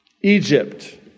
Egypt